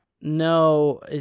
No